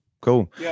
Cool